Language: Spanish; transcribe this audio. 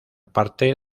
parte